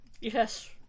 Yes